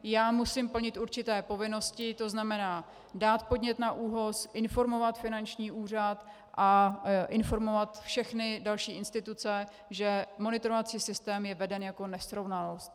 I já musím plnit určité povinnosti, to znamená dát podnět na ÚOHS, informovat finanční úřad a informovat všechny další instituce, že monitorovací systém je veden jako nesrovnalost.